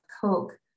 Coke